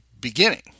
beginning